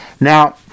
Now